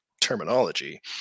terminology